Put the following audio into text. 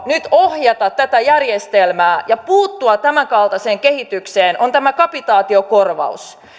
nyt ohjata tätä järjestelmää ja puuttua tämänkaltaiseen kehitykseen on kapitaatiokorvaus